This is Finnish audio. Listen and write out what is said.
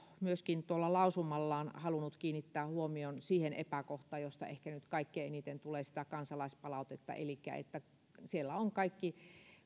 myöskin tuolla lausumallaan halunnut kiinnittää huomion siihen epäkohtaan josta ehkä nyt kaikkein eniten tulee kansalaispalautetta elikkä siihen että kaikki